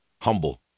humble